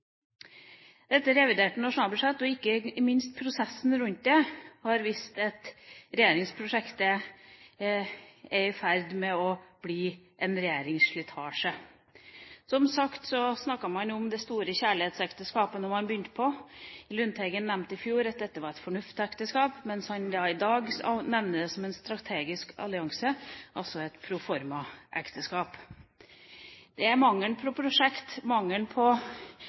Dette reviderte nasjonalbudsjettet og ikke minst prosessen rundt det har vist at regjeringsprosjektet er i ferd med å bli en regjeringsslitasje. Som sagt snakket man om det store kjærlighetsekteskapet da man begynte prosjektet. Representanten Lundteigen nevnte i fjor at dette var et fornuftsekteskap, mens han i dag snakker om det som en strategisk allianse, altså et proformaekteskap. Det er mangelen på prosjekt, mangelen på